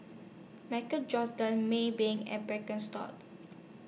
Marc Maybank and Birkenstock